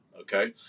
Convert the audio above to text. Okay